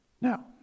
Now